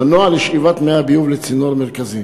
מנוע לשאיבת מי הביוב לצינור המרכזי.